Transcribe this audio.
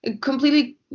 completely